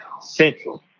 central